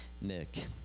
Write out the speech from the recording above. Nick